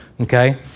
okay